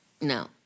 No